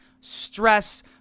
stress